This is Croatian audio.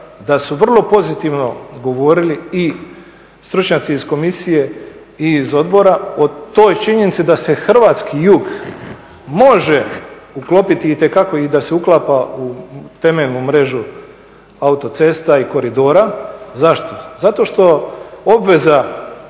da su vrlo pozitivno govorili i stručnjaci iz Komisije i iz odbora o toj činjenici da se hrvatski jug može uklopiti itekako i da se uklapa u temeljnu mrežu autocesta i koridora. Zašto? Zato što obveza